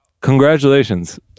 congratulations